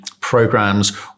programs